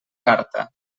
carta